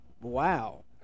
wow